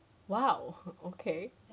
!wow! okay